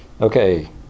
Okay